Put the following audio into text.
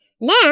Now